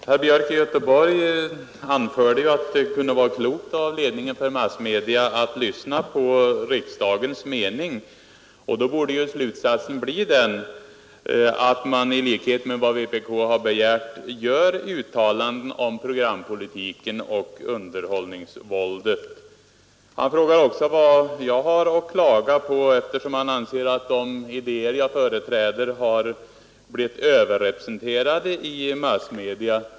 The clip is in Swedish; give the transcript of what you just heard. Herr talman! Herr Björk i Göteborg anförde att det kunde vara klokt av ledningen för massmedia att lyssna på riksdagens mening. Då borde ju slutsatsen bli att man i likhet med vad vpk har begärt gör uttalanden om programpolitiken och underhållningsvåldet. Han frågade också vad jag har att klaga på, eftersom han anser att de idéer jag företräder har blivit överrepresenterade i massmedia.